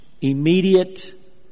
immediate